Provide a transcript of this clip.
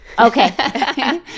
Okay